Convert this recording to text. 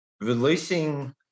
releasing